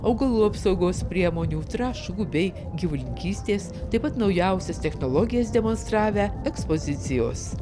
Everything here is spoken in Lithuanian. augalų apsaugos priemonių trąšų bei gyvulininkystės taip pat naujausias technologijas demonstravę ekspozicijos